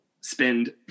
spend